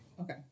Okay